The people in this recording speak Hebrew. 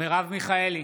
מרב מיכאלי,